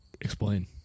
Explain